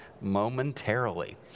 momentarily